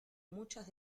muchas